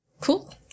Cool